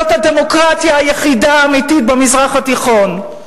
להיות הדמוקרטיה היחידה האמיתית במזרח התיכון.